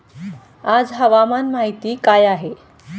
आज हवामान माहिती काय आहे?